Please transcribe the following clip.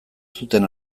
zuten